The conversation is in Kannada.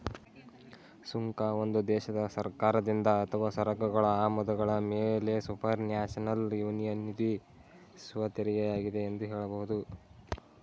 ಸುಂಕ ಒಂದು ದೇಶದ ಸರ್ಕಾರದಿಂದ ಅಥವಾ ಸರಕುಗಳ ಆಮದುಗಳ ಮೇಲೆಸುಪರ್ನ್ಯಾಷನಲ್ ಯೂನಿಯನ್ವಿಧಿಸುವತೆರಿಗೆಯಾಗಿದೆ ಎಂದು ಹೇಳಬಹುದು